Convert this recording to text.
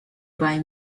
buy